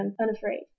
unafraid